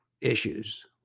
issues